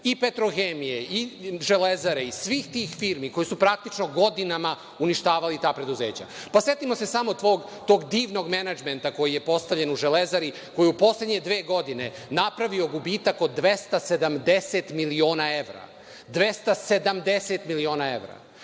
i „Petrohemije“, i „Železare“ i svih tih firmi koje su praktično godinama uništavale ta preduzeća. Setimo se samo tog divnog menadžmenta koji je postavljen u „Železari“ koji je u poslednje dve godine napravio gubitak oko 270 miliona evra. I tako i